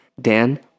Dan